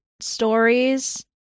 stories